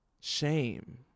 shame